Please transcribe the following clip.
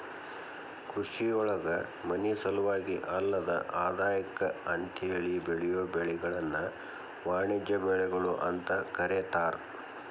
ಕೃಷಿಯೊಳಗ ಮನಿಸಲುವಾಗಿ ಅಲ್ಲದ ಆದಾಯಕ್ಕ ಅಂತೇಳಿ ಬೆಳಿಯೋ ಬೆಳಿಗಳನ್ನ ವಾಣಿಜ್ಯ ಬೆಳಿಗಳು ಅಂತ ಕರೇತಾರ